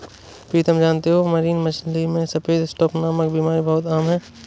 प्रीतम जानते हो मरीन मछली में सफेद स्पॉट नामक बीमारी बहुत आम है